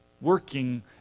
working